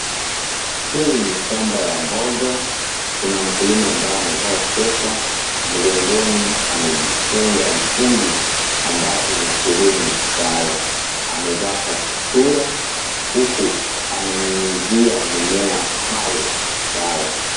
Hii ni shamba ya mboga, kuna mkulima ambaye amevaa sweta, mgongoni amejifunga mtungi, ambaye imesheheni dawa. Amevaa kaptula, huku ananyunyuzia mimea hayo dawa.